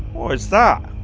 what is that?